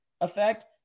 effect